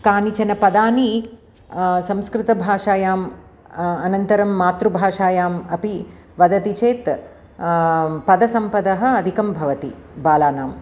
कानिचन पदानि संस्कृतभाषायां अनन्तरं मातृभाषायाम् अपि वदति चेत् पदसंपदः अधिकं भवति बालानां